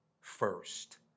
first